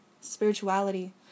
spirituality